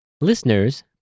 Listeners